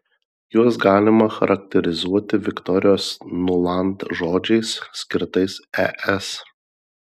juos galima charakterizuoti viktorijos nuland žodžiais skirtais es